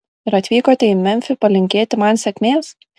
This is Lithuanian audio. ir atvykote į memfį palinkėti man sėkmės